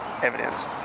evidence